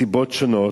מסיבות שונות,